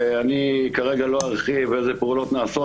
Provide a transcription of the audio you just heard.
אני כרגע לא ארחיב איזה פעולות נעשות,